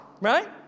right